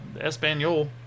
Espanol